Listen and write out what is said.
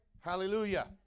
Hallelujah